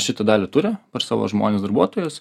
šitą dalį turi per savo žmones darbuotojus